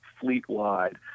fleet-wide